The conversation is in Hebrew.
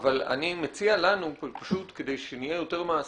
אבל אני מציע לנו, פשוט כדי שנהיה יותר מעשיים,